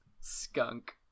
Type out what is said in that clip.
skunk